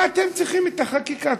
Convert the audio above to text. מה אתם צריכים את החקיקה?